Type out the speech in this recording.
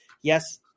Yes